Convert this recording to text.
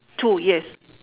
two yes